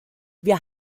wir